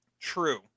true